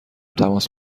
تماس